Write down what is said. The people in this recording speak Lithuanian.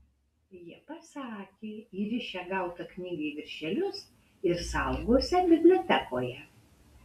jie pasakė įrišią gautą knygą į viršelius ir saugosią bibliotekoje